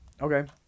Okay